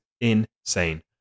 insane